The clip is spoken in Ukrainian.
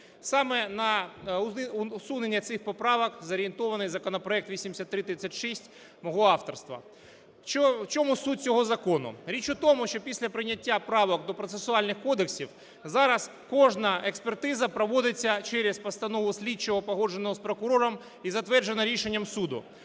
Саме на усунення цих поправок зорієнтований законопроект 8336 мого авторства. У чому суть цього закону? Річ у тому, що після прийняття правок до процесуальних кодексів зараз кожна експертиза проводиться через постанову слідчого, погоджену з прокурором, і затверджена рішенням суду.